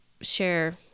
share